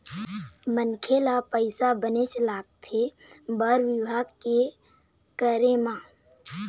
मनखे ल पइसा बनेच लगथे बर बिहाव के करे म